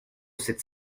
sept